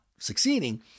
Succeeding